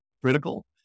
critical